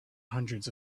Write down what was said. hundreds